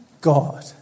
God